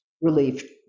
relief